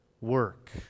work